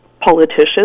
politicians